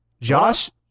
Josh